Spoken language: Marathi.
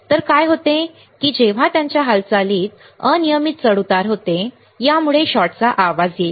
तर काय होते की जेव्हा त्यांच्या हालचालीत अनियमित चढउतार होते यामुळे शॉटचा आवाज येईल